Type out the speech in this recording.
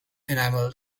enamel